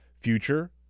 future